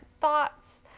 thoughts